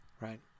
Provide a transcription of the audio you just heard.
right